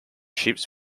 ships